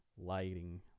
lighting